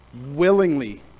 willingly